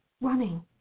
running